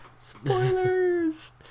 spoilers